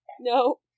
no